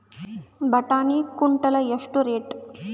ಬಟಾಣಿ ಕುಂಟಲ ಎಷ್ಟು ರೇಟ್?